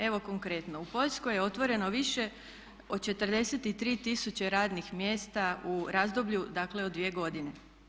Evo konkretno u Poljskoj je otvoreno više od 43 tisuće radnih mjesta u razdoblju dakle od 2 godine.